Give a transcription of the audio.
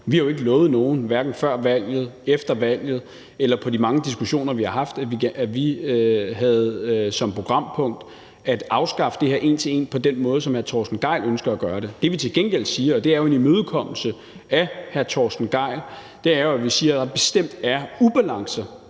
Vi har jo ikke lovet nogen, hverken før valget, efter valget eller i de mange diskussioner, vi har haft, at vi havde som programpunkt at afskaffe det her en til en på den måde, som hr. Torsten Gejl ønsker at gøre det. Det, vi til gengæld siger, og det er jo en imødekommelse af hr. Torsten Gejl, er, at der bestemt er ubalance